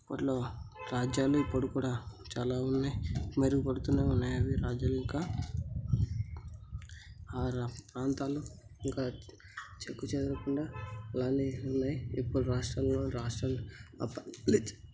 అప్పట్లో రాజ్యాలు ఇప్పుడు కూడా చాలా ఉన్నాయ్ మెరుగుపడుతూనే ఉన్నాయ్ అవి రాజ్యాలింకా ఆ రా ప్రాంతాల్లో ఇంకా చెక్కు చెదరకుండా అలానే ఉన్నాయ్ ఇప్పుడు రాష్ట్రంలో రాష్ట్రం